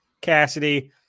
Cassidy